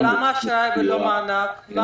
ולמה אשראי ולא מענק?